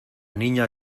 niña